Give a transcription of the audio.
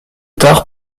tard